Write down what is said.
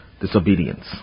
disobedience